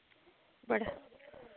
बड़ा